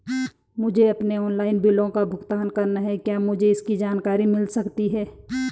मुझे अपने ऑनलाइन बिलों का भुगतान करना है क्या मुझे इसकी जानकारी मिल सकती है?